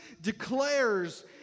declares